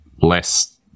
Less